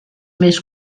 més